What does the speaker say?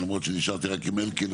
אומנם נשארתי רק עם אלקין,